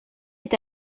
est